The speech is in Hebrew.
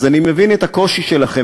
אז אני מבין את הקושי שלכם,